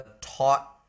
taught